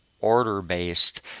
order-based